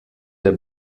der